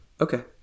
okay